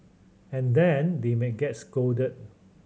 and then they may get scolded